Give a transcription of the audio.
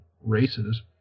races